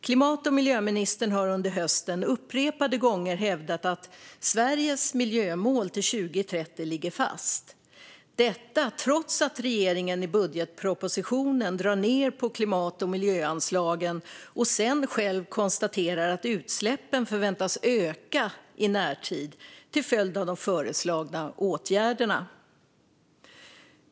Klimat och miljöministern har under hösten upprepade gånger hävdat att Sveriges miljömål till 2030 ligger fast, detta trots att regeringen i budgetpropositionen drar ned på klimat och miljöanslagen och sedan själv konstaterar att utsläppen förväntas öka i närtid till följd av de föreslagna åtgärderna.